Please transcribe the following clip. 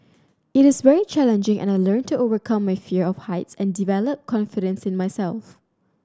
it is very challenging and I learnt to overcome my fear of heights and develop confidence in myself